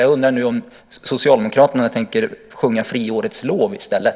Jag undrar nu om socialdemokraterna tänker sjunga friårets lov i stället.